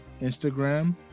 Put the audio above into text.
Instagram